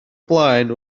blaen